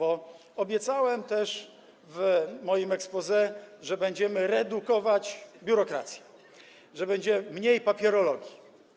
Obiecałem także w moim exposé, że będziemy redukować biurokrację, że będzie mniej papierologii.